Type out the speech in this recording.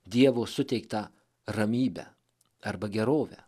dievo suteiktą ramybę arba gerovę